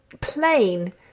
plain